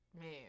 man